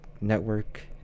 network